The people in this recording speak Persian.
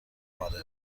آره